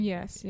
Yes